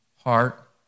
heart